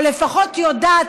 או לפחות יודעת,